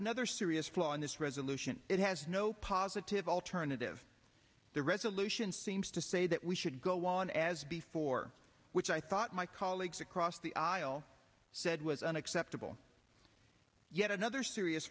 another serious flaw in this resolution it has no positive alternative the resolution seems to say that we should go on as before which i thought my colleagues across the aisle said was unacceptable yet another serious